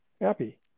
happy